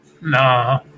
Nah